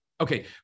Okay